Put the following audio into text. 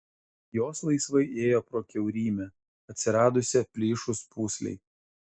jos laisvai ėjo pro kiaurymę atsiradusią plyšus pūslei